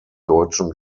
deutschen